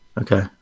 okay